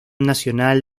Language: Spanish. nacional